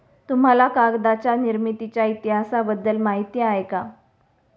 तुम्हाला कागदाच्या निर्मितीच्या इतिहासाबद्दल माहिती आहे का?